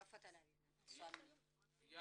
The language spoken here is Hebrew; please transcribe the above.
(מדבר באמהרית) (מדברת באמהרית) עוד מקרה ביפו.